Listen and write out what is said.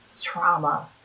trauma